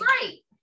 great